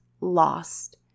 lost